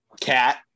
Cat